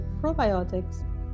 probiotics